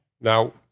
Now